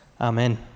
Amen